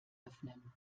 öffnen